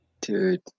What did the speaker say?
dude